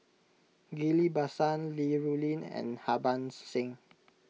Ghillie Basan Li Rulin and Harbans Singh